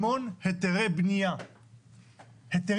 המון היתרי בנייה - היתרים,